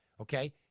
Okay